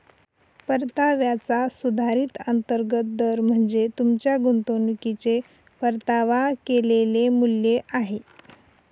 परताव्याचा सुधारित अंतर्गत दर म्हणजे तुमच्या गुंतवणुकीचे परतावा केलेले मूल्य आहे